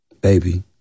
baby